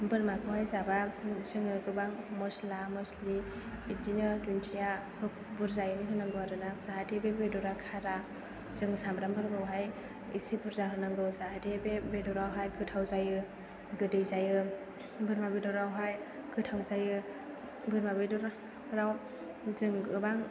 बोरमाखौहाय जाबा जोङो गोबां मस्ला मस्लि बिदिनो दुन्दिया बुरजायै होनांगौ आरोना जाहाथे बे बेदरा खारा जों सामब्रामफोरखौहाय एसे बुरजा होनांगौ जाहाथे बे बेदरावहाय गोथाव जायो गोदै जायो बोरमा बेदरावहाय गोथाव जायो बोरमा बेदराव जों गोबां